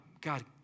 God